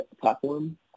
platform